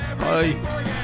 Bye